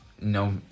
no